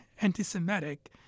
anti-semitic